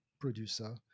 producer